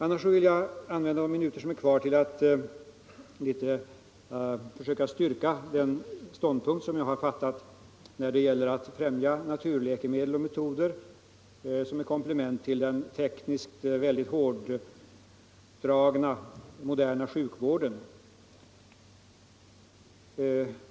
Jag vill använda de minuter som återstår av min replik till att styrka den ståndpunkt som jag intagit när det gäller att främja naturläkemedel och metoder som ett komplement till den tekniskt mycket hårdragna, moderna sjukvården.